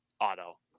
auto